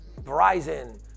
Verizon